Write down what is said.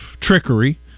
trickery